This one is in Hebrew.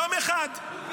יום אחד.